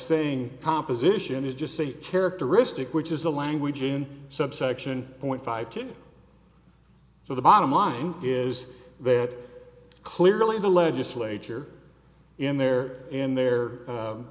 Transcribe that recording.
saying composition is just a characteristic which is the language in subsection point five to so the bottom line is that clearly the legislature in their in their